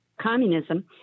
communism